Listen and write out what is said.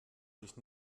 sich